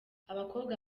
abakobwa